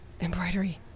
embroidery